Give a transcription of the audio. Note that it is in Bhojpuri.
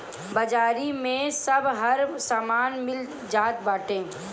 बाजारी में अब हर समान मिल जात बाटे